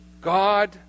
God